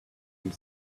you